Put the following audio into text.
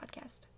podcast